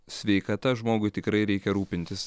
sveikata žmogui tikrai reikia rūpintis